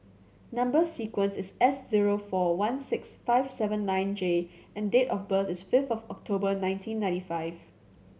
number sequence is S zero four one six five seven nine J and date of birth is fifth of October nineteen ninety five